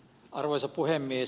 arvoisa puhemies